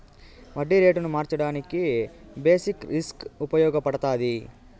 వడ్డీ రేటును మార్చడానికి బేసిక్ రిస్క్ ఉపయగపడతాది